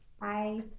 bye